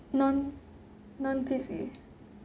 non non-frizzy